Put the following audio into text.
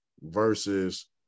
versus